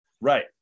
Right